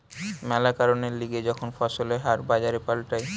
ম্যালা কারণের লিগে যখন ফসলের হার বাজারে পাল্টায়